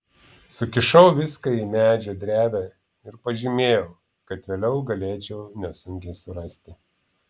sukišau viską į medžio drevę ir pažymėjau kad vėliau galėčiau nesunkiai surasti